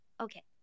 okay